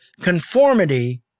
conformity